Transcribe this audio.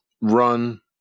run